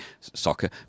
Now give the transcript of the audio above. Soccer